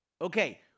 Okay